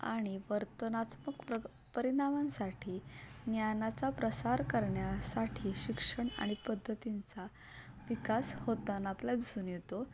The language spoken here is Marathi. आणि वर्तनात्मक प्रग परिणामांसाठी ज्ञानाचा प्रसार करण्यासाठी शिक्षण आणि पद्धतींचा विकास होताना आपल्याला दिसून येतो